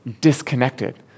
disconnected